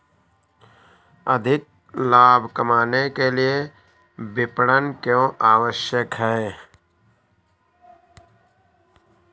अधिक लाभ कमाने के लिए विपणन क्यो आवश्यक है?